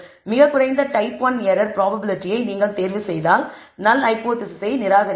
மிகக் குறைந்த type 1 error ப்ராப்பபிலிட்டியை நீங்கள் தேர்வுசெய்தால் நல் ஹைபோதேசிஸை நிராகரிப்பீர்கள்